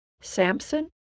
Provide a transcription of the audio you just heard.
Samson